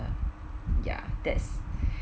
ya that's